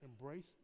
embrace